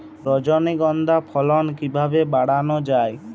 রজনীগন্ধা ফলন কিভাবে বাড়ানো যায়?